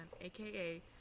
aka